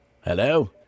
Hello